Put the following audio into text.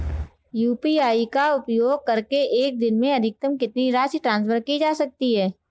UPI का उपयोग करके एक दिन में अधिकतम कितनी राशि ट्रांसफर की जा सकती है?